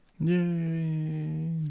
yay